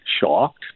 shocked